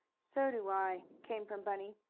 so do i, came from bunny.